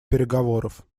переговоров